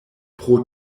pro